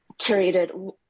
curated